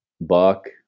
Buck